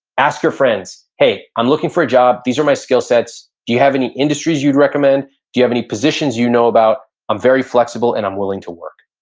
ask your friends, friends, hey, i'm looking for a job. these are my skill-sets. do you have any industries you'd recommend? do you have any positions you know about? i'm very flexible and i'm willing to work.